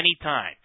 anytime